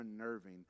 unnerving